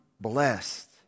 blessed